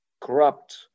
corrupt